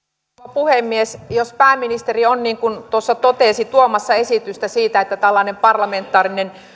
puhemies jos pääministeri on niin kuin tuossa totesi tuomassa esitystä siitä että tällainen parlamentaarinen